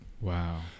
Wow